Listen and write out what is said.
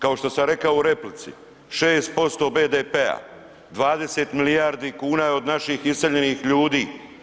Kao što sam rekao u replici, 6% BDP-a, 20 milijardi kuna je od naših iseljenih ljudi.